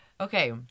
Okay